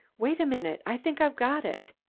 wait a minute! i think i've got it.